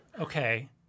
okay